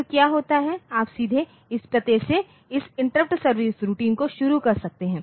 तो क्या होता है आप सीधे इस पते से इस इंटरप्ट सर्विस रूटीनको शुरू कर सकते हैं